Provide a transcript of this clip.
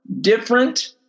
different